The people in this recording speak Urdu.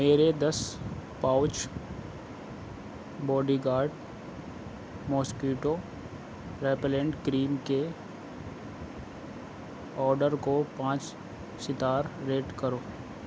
میرے دس pouch body guard mosquito repellent cream کے آرڈر کو پانچ سٹار ریٹ کرو